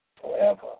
forever